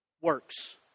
works